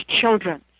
children